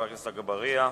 חבר הכנסת אגבאריה.